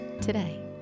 today